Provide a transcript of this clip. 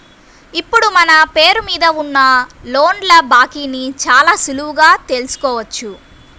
ఇప్పుడు మన పేరు మీద ఉన్న లోన్ల బాకీని చాలా సులువుగా తెల్సుకోవచ్చు